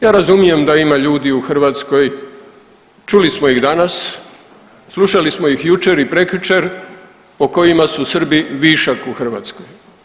Ja razumijem da ima ljudi u Hrvatskoj, čuli smo ih danas, slušali smo ih jučer i prekjučer, po kojima su Srbi višak u Hrvatskoj.